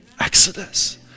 Exodus